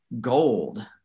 gold